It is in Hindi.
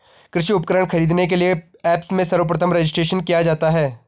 कृषि उपकरण खरीदने के लिए ऐप्स में सर्वप्रथम रजिस्ट्रेशन किया जाता है